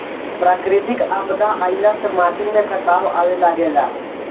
प्राकृतिक आपदा आइला से माटी में कटाव आवे लागेला